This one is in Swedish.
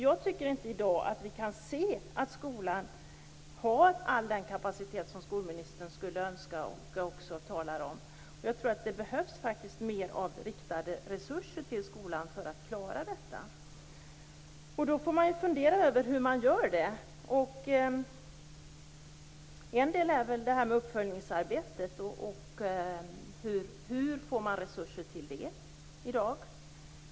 Jag tycker inte att vi i dag kan se att skolan har all den kapacitet som skolministern skulle önska och som hon också talar om. Jag tror att det behövs mer av riktade resurser till skolan för att klara detta. Då får man fundera över hur man skall göra detta. En del är väl det här med uppföljningsarbetet. Hur får man resurser till det i dag?